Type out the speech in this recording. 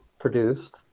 produced